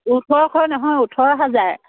ওঠৰশ নহয় ওঠৰ হাজাৰ